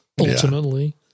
ultimately